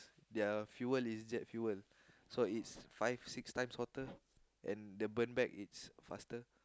they are fuel inject fuel so it's five six times hotter and the burn back it's faster